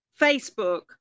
Facebook